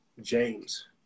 James